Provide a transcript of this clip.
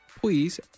Please